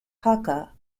hakka